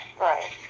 Right